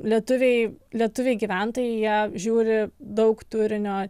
lietuviai lietuviai gyventojai jie žiūri daug turinio